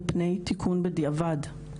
על פני תיקון בדיעבד.